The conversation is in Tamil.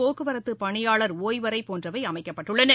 போக்குவரத்து பணியாளர் ஓய்வறை போன்றவை அமைக்கப்பட்டுள்ளன